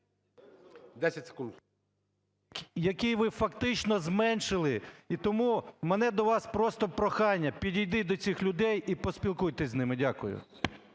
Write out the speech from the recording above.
С.М. … який ви фактично зменшили. І тому в мене до вас просто прохання: підійдіть до цих людей і поспілкуйтесь з ними. Дякую.